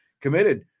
committed